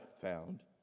found